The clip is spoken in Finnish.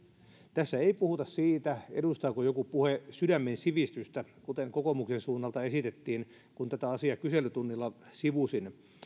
tässä ei puhuta siitä edustaako joku puhe sydämen sivistystä kuten kokoomuksen suunnalta esitettiin kun tätä asiaa kyselytunnilla sivusin